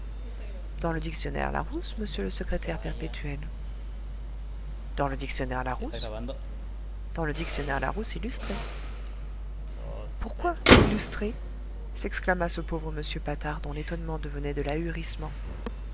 dans le dictionnaire larousse monsieur le secrétaire perpétuel dans le dictionnaire larousse dans le dictionnaire larousse illustré pourquoi illustré s'exclama ce pauvre m patard dont l'étonnement devenait de